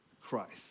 Christ